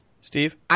Steve